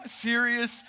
serious